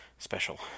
Special